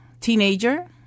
teenager